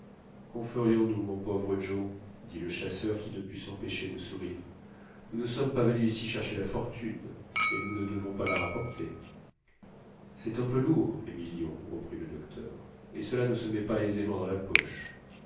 qu'en ferions-nous mon pauvre joe dit le chasseur qui ne put s'empêcher de sourire nous ne sommes pas venus ici chercher la fortune et nous ne devons pas la rapporter c'est un peu lourd les millions reprit le docteur et cela ne se met pas aisément dans la poche